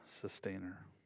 sustainer